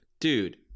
dude